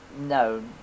no